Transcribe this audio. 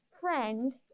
friend